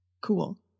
cool